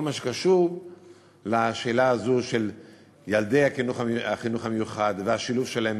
מה שקשור לשאלה הזו של ילדי החינוך המיוחד והשילוב שלהם